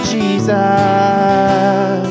Jesus